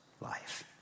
life